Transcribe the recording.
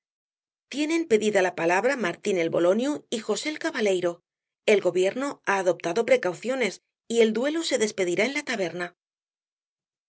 tienen pedida la palabra martín el buloniu y josé el cabaleiro el gobierno ha adoptado precauciones y el duelo se despedirá en la taberna